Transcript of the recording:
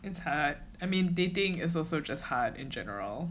it's hard I mean dating is also just hard in general